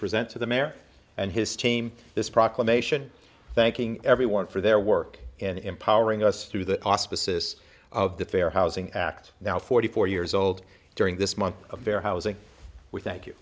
present to the mare and his team this proclamation thanking everyone for their work in empowering us through the auspices of the fair housing act now forty four years old during this month of fair housing we thank you